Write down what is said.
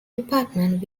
department